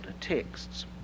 texts